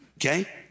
okay